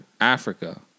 Africa